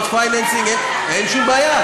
crowd funding, אין שום בעיה.